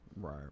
Right